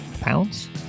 pounds